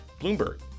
Bloomberg